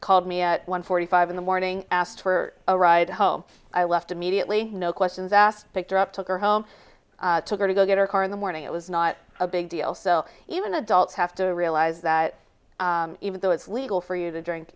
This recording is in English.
called me at one forty five in the morning asked for a ride home i left immediately no questions asked picked her up took her home took her to go get her car in the morning it was not a big deal so even adults have to realize that even though it's legal for you to drink